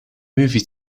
movie